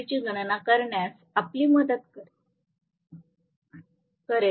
ची गणना करण्यास आपली मदत करेल